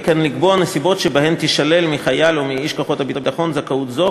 וכן לקבוע נסיבות שבהן תישלל מחייל או מאיש כוחות הביטחון זכאות זו,